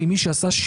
אם זו דירה יחידה.